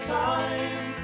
time